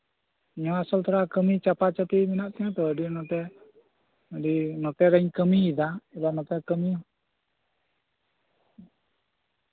ᱱᱚᱣᱟ ᱟᱥᱚᱞ ᱛᱮᱱᱟᱜ ᱠᱟᱢᱤ ᱪᱟᱯᱟᱪᱟᱯᱤ ᱢᱮᱱᱟᱜ ᱛᱤᱧᱟᱹ ᱛᱚ ᱚᱱᱟ ᱛᱮ ᱱᱚᱛᱮ ᱨᱤᱧ ᱠᱟᱢᱤᱭᱮᱫᱟ ᱟᱫᱚ ᱱᱚᱛᱮ ᱨᱮ ᱠᱟᱢᱤ